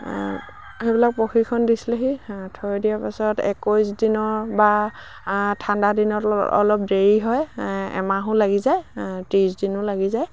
সেইবিলাক প্ৰশিক্ষণ দিছিলেহি থৈ দিয়াৰ পাছত একৈছ দিনৰ বা ঠাণ্ডা দিনত অলপ দেৰি হয় এমাহো লাগি যায় ত্ৰিছ দিনো লাগি যায়